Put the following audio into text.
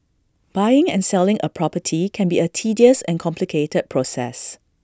buying and selling A property can be A tedious and complicated process